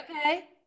Okay